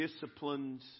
disciplines